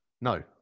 No